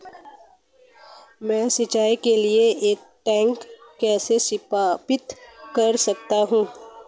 मैं सिंचाई के लिए एक टैंक कैसे स्थापित कर सकता हूँ?